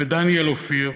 ודניאל אופיר